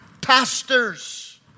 pastors